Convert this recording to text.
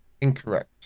Incorrect